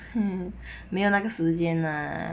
没有哪个时间 ah